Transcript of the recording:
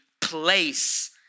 place